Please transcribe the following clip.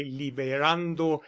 liberando